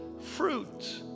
fruit